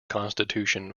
constitution